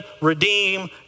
redeem